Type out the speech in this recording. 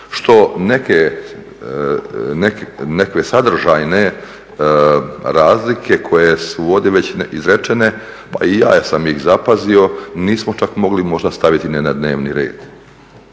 što nekakve sadržajne razlike koje su ovdje već izrečene pa i ja sam ih zapazio nismo čak mogli možda staviti ni na dnevni red